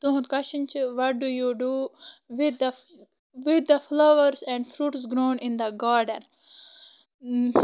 تُہُنٛد کۄشَن چھُ what do you do with the with the flowers and fruits grown in the garden